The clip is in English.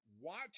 watch